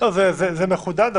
זה מחודד,